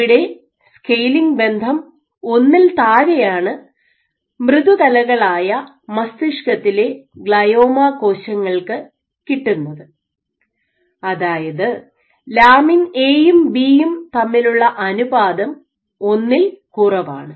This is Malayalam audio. ഇവിടെ സ്കെയിലിംഗ് ബന്ധം ഒന്നിൽ താഴെയാണ് മൃദു കലകളായ മസ്തിഷ്കത്തിലെ ഗ്ലയോമ കോശങ്ങൾക്ക് കിട്ടുന്നത് അതായത് ലാമിൻ എ യും ബി യും തമ്മിലുള്ള അനുപാതം ഒന്നിൽ കുറവാണ്